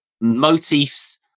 motifs